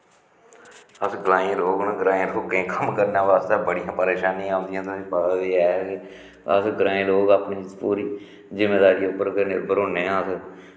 अस ग्रांईं लोग न ग्रांईं लोकें गी कम्म करने बास्तै बड़ियां परेशानियां औंदियां तुसेंगी पता ते है अस ग्रांईं लोग अपनी पूरी जिमींदारी उप्पर गै निर्भर होन्ने अस